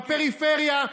בפריפריה.